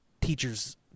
teachers